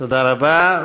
תודה רבה.